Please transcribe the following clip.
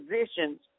Positions